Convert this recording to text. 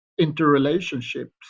interrelationships